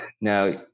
Now